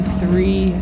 three